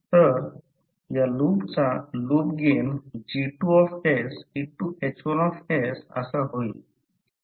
तर या लूपचा लूप गेन G2H1 असा होईल